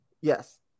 Yes